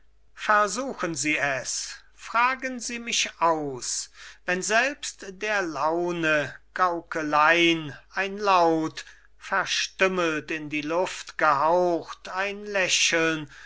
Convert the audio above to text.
versuchen sie es fragen sie mich aus wenn selbst der laune gaukelein ein laut verstümmelt in die luft gehaucht ein lächeln